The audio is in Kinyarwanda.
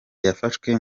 yafashwe